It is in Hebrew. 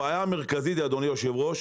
הבעיה המרכזית היא אדוני היו"ר,